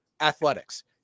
athletics